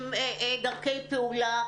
עם דרכי פעולה,